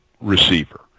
receiver